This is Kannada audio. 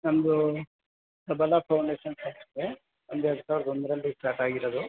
ನಮ್ಮದು ಸಬಲ ಫೌಂಡೇಷನ್ ಸಂಸ್ಥೆ ನಮ್ದು ಎರಡು ಸಾವಿರದ ಒಂದರಲ್ಲಿ ಸ್ಟಾರ್ಟ್ ಆಗಿರೋದು